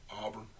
Auburn